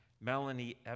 Melanie